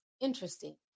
Interesting